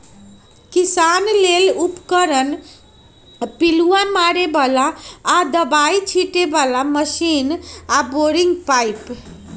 किसान लेल कृषि उपकरण पिलुआ मारे बला आऽ दबाइ छिटे बला मशीन आऽ बोरिंग पाइप